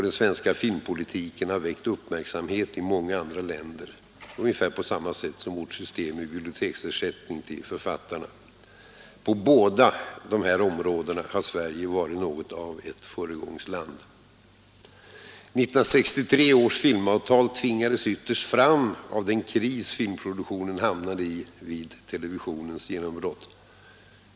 Den svenska filmpolitiken har väckt uppmärksamhet i många andra länder — ungefär på samma sätt som vårt system med biblioteksersättning till författarna. På båda dessa områden har Sverige varit något av ett föregångsland. 1963 års filmavtal tvingades ytterst fram av den kris filmproduktionen hamnade i vid televisionens genombrott.